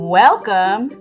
welcome